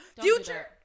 Future